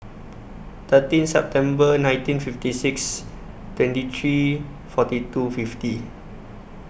thirteen September nineteen fifty six twenty three forty two fifty